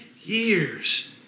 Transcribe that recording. years